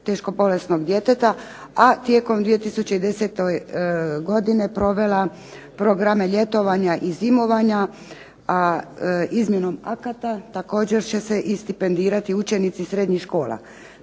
teško bolesnog djeteta, a tijekom 2010. godine provela programe ljetovanja i zimovanja, a izmjenom akata također će se i stipendirati učenici srednjih škola.